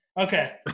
Okay